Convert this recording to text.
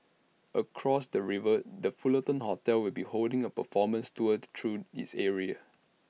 across the river the Fullerton hotel will be holding A performance tour through its area